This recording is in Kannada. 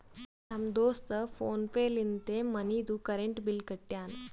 ನಮ್ ದೋಸ್ತ ಫೋನ್ ಪೇ ಲಿಂತೆ ಮನಿದು ಕರೆಂಟ್ ಬಿಲ್ ಕಟ್ಯಾನ್